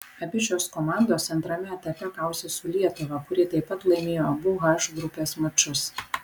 abi šios komandos antrame etape kausis su lietuva kuri taip pat laimėjo abu h grupės mačus